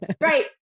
right